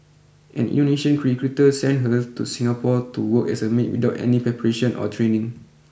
an Indonesian cricruiter sent her to Singapore to work as a maid without any preparation or training